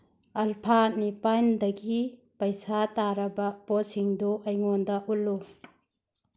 alpha ꯅꯤꯄꯥꯟꯗꯒꯤ ꯄꯩꯁꯥ ꯇꯥꯔꯕ ꯄꯣꯠꯁꯤꯡꯗꯨ ꯑꯩꯉꯣꯟꯗ ꯎꯠꯂꯨ